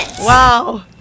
wow